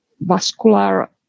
vascular